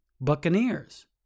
Buccaneers